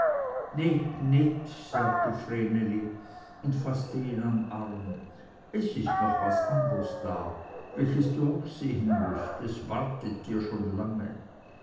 nit sagte vreneli und faßte ihn am arm es ist noch was anders da welches du auch sehen mußt es wartet dir schon lange